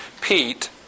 Pete